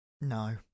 No